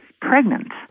pregnant